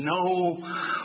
no